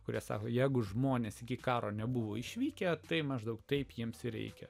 kuria sau jeigu žmonės iki karo nebuvo išvykę tai maždaug taip jiems reikia